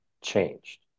changed